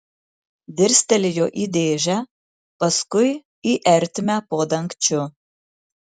dirstelėjo į dėžę paskui į ertmę po dangčiu